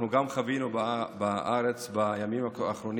גם בארץ חווינו